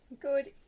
Good